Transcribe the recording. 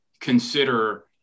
consider